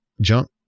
junk